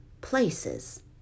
places